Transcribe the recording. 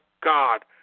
God